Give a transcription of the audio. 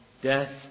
death